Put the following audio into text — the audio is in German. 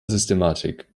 systematik